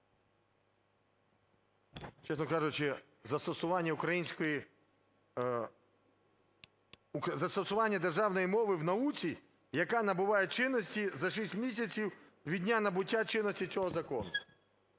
Чесно кажучи, "застосування державної мови в науці, яка набуває чинності за шість місяців від дня набуття чинності цього закону",